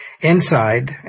Inside